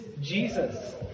Jesus